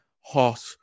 hot